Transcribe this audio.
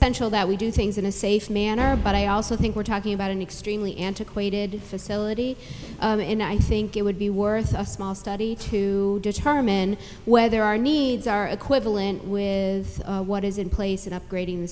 you that we do things in a safe manner but i also think we're talking about an extremely antiquated facility and i think it would be worth a small study to determine whether our needs are equivalent with what is in place in upgrading the